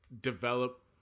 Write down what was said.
develop